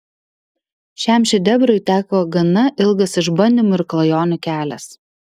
šiam šedevrui teko gana ilgas išbandymų ir klajonių kelias